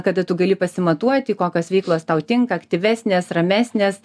kada tu gali pasimatuoti kokios veiklos tau tinka aktyvesnės ramesnės